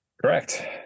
correct